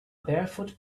barefoot